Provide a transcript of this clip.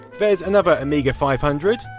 there's another amiga five hundred,